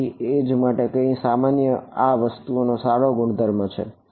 તેથી એજ માટે કંઈક સામાન્ય છે આ વસ્તુનો સારો ગુણધર્મ શું છે